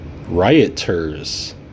rioters